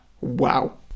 Wow